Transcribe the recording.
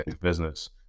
business